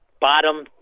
bottom